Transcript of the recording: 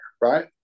Right